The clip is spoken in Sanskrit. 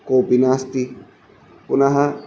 कोपि नास्ति